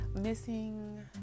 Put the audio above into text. missing